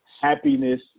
happiness